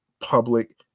public